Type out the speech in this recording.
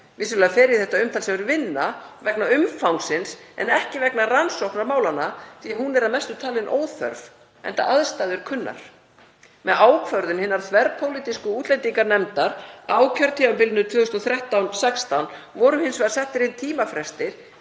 Vissulega fer í þetta umtalsverð vinna vegna umfangsins en ekki vegna rannsóknar málanna því að hún er að mestu talin óþörf, enda aðstæður kunnar. Með ákvörðun hinnar þverpólitísku útlendinganefndar á kjörtímabilinu 2013–2016 voru hins vegar settir tímafrestir